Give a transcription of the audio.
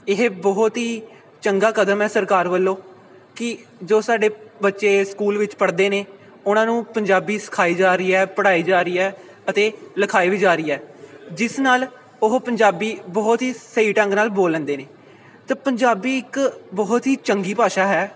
ਇਹ ਬਹੁਤ ਹੀ ਚੰਗਾ ਕਦਮ ਹੈ ਸਰਕਾਰ ਵੱਲੋਂ ਕਿ ਜੋ ਸਾਡੇ ਬੱਚੇ ਸਕੂਲ ਵਿੱਚ ਪੜ੍ਹਦੇ ਨੇ ਉਹਨਾਂ ਨੂੰ ਪੰਜਾਬੀ ਸਿਖਾਈ ਜਾ ਰਹੀ ਹੈ ਪੜ੍ਹਾਈ ਜਾ ਰਹੀ ਹੈ ਅਤੇ ਲਿਖਾਈ ਵੀ ਜਾ ਰਹੀ ਹੈ ਜਿਸ ਨਾਲ ਉਹ ਪੰਜਾਬੀ ਬਹੁਤ ਹੀ ਸਹੀ ਢੰਗ ਨਾਲ ਬੋਲ ਲੈਂਦੇ ਨੇ ਅਤੇ ਪੰਜਾਬੀ ਇੱਕ ਬਹੁਤ ਹੀ ਚੰਗੀ ਭਾਸ਼ਾ ਹੈ